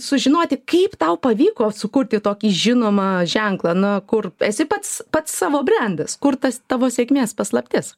sužinoti kaip tau pavyko sukurti tokį žinomą ženklą na kur esi pats pats savo brendas kur tas tavo sėkmės paslaptis